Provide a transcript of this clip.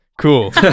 Cool